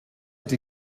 die